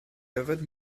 yfed